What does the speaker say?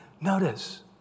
Notice